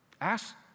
Ask